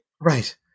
right